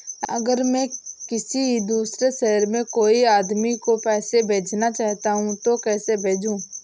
अगर मैं किसी दूसरे शहर में कोई आदमी को पैसे भेजना चाहूँ तो कैसे भेजूँ?